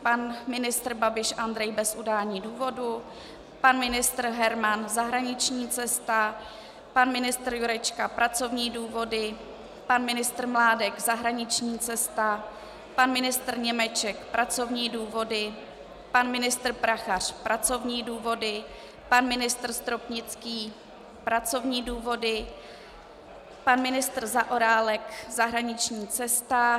Pan ministr Babiš Andrej bez udání důvodu, pan ministr Herman zahraniční cesta, pan ministr Jurečka pracovní důvody, pan ministr Mládek zahraniční cesta, pan ministr Němeček pracovní důvody, pan ministr Prachař pracovní důvody, pan ministr Stropnický pracovní důvody, pan ministr Zaorálek zahraniční cesta.